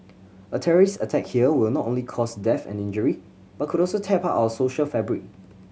a terrorist attack here will not only cause death and injury but could also tear apart our social fabric